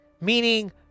Meaning